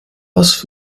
was